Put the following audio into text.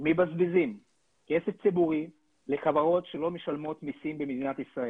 מבזבזים כסף ציבורי לחברות שלא משלמות מסים במדינת ישראל,